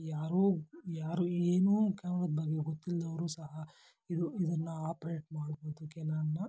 ಯಾರೂ ಯಾರು ಏನೂ ಕ್ಯಾಮ್ರದ ಬಗ್ಗೆ ಗೊತ್ತಿಲ್ಲದವ್ರು ಸಹ ಇದು ಇದನ್ನು ಆಪ್ರೆಟ್ ಮಾಡ್ಬೌದು ಕೆನಾನನ್ನ